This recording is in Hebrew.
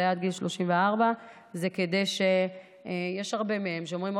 זה היה עד גיל 34. יש הרבה מהם שאומרים,